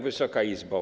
Wysoka Izbo!